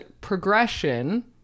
progression